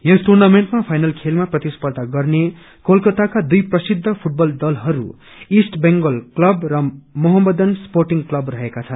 यस टुर्नामेन्टमा फाइनल खेलमा प्रतिर्स्थधा गर्ने कोलकाताका दुई प्रसिद्ध फूटबल दलहरू इष्ट बंगाल क्लब र मोहम्मडन स्पोध्टङ क्लब रहेका छन्